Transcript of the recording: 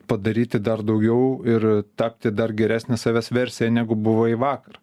padaryti dar daugiau ir tapti dar geresnė savęs versija negu buvai vakar